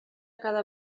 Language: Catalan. cada